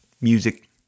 Music